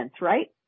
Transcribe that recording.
right